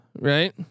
right